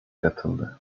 katıldı